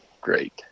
great